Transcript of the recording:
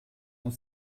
ont